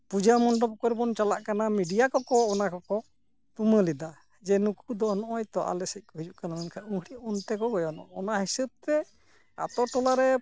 ᱯᱩᱡᱟᱹ ᱢᱚᱱᱰᱚᱯ ᱠᱚᱨᱮ ᱵᱚᱱ ᱪᱟᱞᱟᱜ ᱠᱟᱱᱟ ᱢᱤᱰᱤᱭᱟ ᱠᱚᱠᱚ ᱚᱱᱟ ᱠᱚᱠᱚ ᱛᱩᱢᱟᱹᱞᱮᱫᱟ ᱡᱮ ᱱᱩᱠᱩ ᱫᱚ ᱱᱚᱜᱼᱚᱭ ᱛᱚ ᱟᱞᱮ ᱥᱮᱫ ᱠᱚ ᱦᱤᱡᱩᱜ ᱠᱟᱱᱟ ᱢᱮᱱᱠᱷᱟᱱ ᱚᱱᱮ ᱚᱱᱛᱮ ᱠᱚ ᱜᱚᱭᱚᱱᱚᱜ ᱠᱟᱱᱟ ᱚᱱᱟ ᱦᱤᱥᱟᱹᱵ ᱛᱮ ᱟᱹᱛᱩ ᱴᱚᱞᱟᱨᱮ